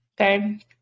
Okay